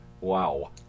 Wow